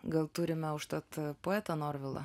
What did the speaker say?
gal turime užtat poetą norvilą